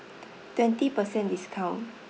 twenty percent discount